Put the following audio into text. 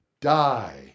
die